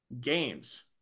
games